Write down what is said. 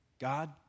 God